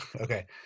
okay